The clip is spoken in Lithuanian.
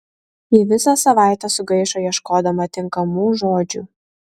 ji visą savaitę sugaišo ieškodama tinkamų žodžių